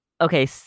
Okay